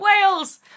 Wales